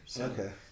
Okay